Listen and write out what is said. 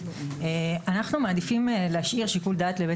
אנחנו מעדיפים להשאיר שיקול דעת לבית